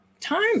time